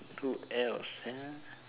who else uh